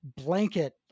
blanket